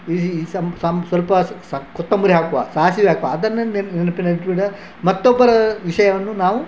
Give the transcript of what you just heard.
ಈ ಸಮ್ ಸಮ್ ಸ್ವಲ್ಪ ಸಕ್ ಕೊತ್ತಂಬರಿ ಹಾಕುವ ಸಾಸಿವೆ ಹಾಕುವ ಅದನ್ನು ನೆನ್ ನೆನಪಿನಲ್ಲಿಟ್ಬಿಡು ಮತ್ತೊಬ್ಬರ ವಿಷಯವನ್ನು ನಾವು